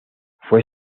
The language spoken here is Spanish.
fue